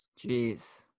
Jeez